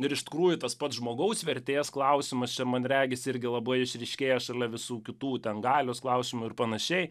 ir iš tikrųjų tas pats žmogaus vertės klausimas čia man regis irgi labai išryškėja šalia visų kitų ten galios klausimų ir panašiai